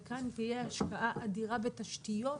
וכאן תהיה השקעה אדירה בתשתיות,